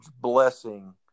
blessing